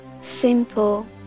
simple